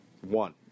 One